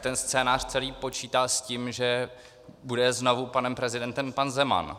Ten scénář celý počítá s tím, že bude znovu panem prezidentem pan Zeman.